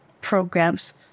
programs